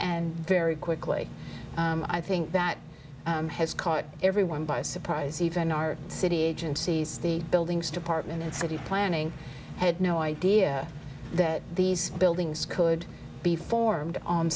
and very quickly i think that has caught everyone by surprise even our city agencies the buildings department and city planning had no idea that these buildings could be formed on